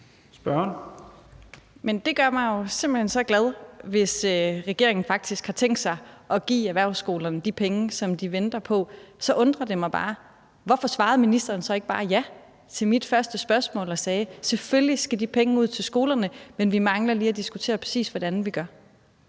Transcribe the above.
det gør mig jo simpelt hen så glad, hvis regeringen faktisk har tænkt sig at give erhvervsskolerne de penge, som de venter på. Så undrer det mig bare, hvorfor ministeren så ikke bare svarede ja til mit første spørgsmål og sagde: Selvfølgelig skal de penge ud til skolerne, men vi mangler lige at diskutere, præcis hvordan vi gør